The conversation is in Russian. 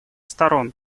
сторон